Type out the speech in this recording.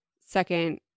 second